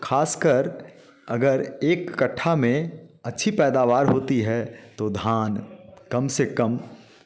खासकर अगर एक कट्ठा में अच्छी पैदावार होती है तो धान कम से कम